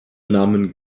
namen